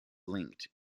linked